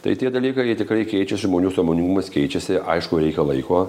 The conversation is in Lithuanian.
tai tie dalykai jie tikrai keičiasi žmonių sąmoningumas keičiasi aišku reikia laiko